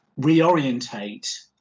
reorientate